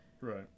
Right